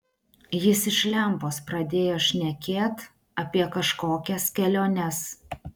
jis iš lempos pradėjo šnekėt apie kažkokias keliones